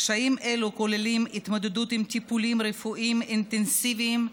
קשיים אלה כוללים התמודדות עם טיפולים רפואיים אינטנסיביים,